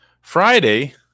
Friday